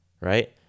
right